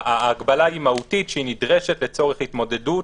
ההגבלה היא מהותית, שהיא נדרשת לצורך התמודדות